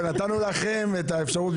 אבל נתנו לכם את האפשרות,